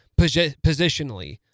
positionally